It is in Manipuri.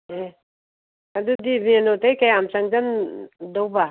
ꯎꯝ ꯑꯗꯨꯗꯤ ꯃꯦꯟ ꯔꯣꯠꯇꯩ ꯀꯌꯥꯝ ꯆꯪꯁꯟꯗꯧꯕ